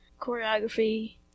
choreography